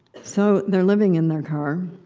so, they're living in their car,